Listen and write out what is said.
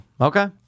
Okay